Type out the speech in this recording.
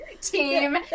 team